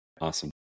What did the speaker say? Awesome